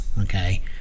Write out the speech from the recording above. okay